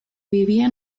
vivía